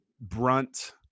brunt